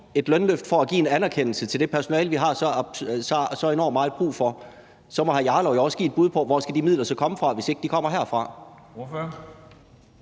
et lønløft for at give en anerkendelse til det personale, vi har så enormt meget brug for, så må hr. Rasmus Jarlov jo også give et bud på, hvor de midler så skal komme fra, hvis ikke de kommer herfra.